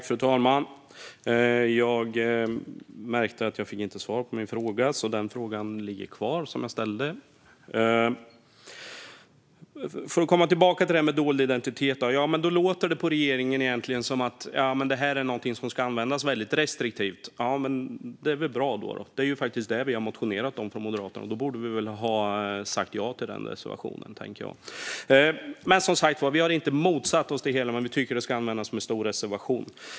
Fru talman! Jag fick inte svar på min fråga. Den ligger alltså kvar. När det gäller dold identitet låter det på regeringen som att det är något som ska användas väldigt restriktivt. Det är väl bra då. Det är ju det Moderaterna har motionerat om. Då borde vi väl ha sagt ja till den reservationen, tänker jag. Men vi har som sagt inte motsatt oss det hela; vi tycker att det ska användas med stor restriktivitet.